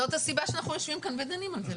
זאת הסיבה שאנחנו יושבים כאן ודנים על זה.